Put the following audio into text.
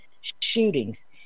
shootings